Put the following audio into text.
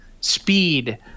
speed